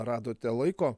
radote laiko